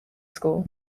school